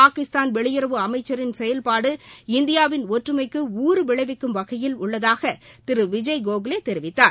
பாகிஸ்தான் வெளியுறவு அமைச்சரின் செயல்பாடு இந்தியாவின் ஒற்றுமைக்கு ஊறுவிளைவிக்கும் வகையில் உள்ளதாக திரு விஜய்கோகலே தெரிவித்தார்